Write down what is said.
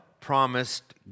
promised